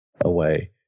away